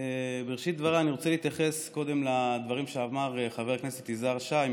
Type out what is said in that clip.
בראשית דבריי אני רוצה להתייחס לדברים שאמר קודם חבר הכנסת יזהר שי.